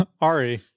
Ari